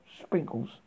sprinkles